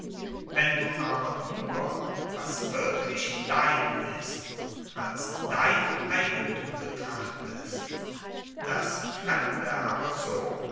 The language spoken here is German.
wenn du aber nur was wirklich dein ist als dein eigenthum betrachtest das fremde aber so